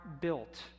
built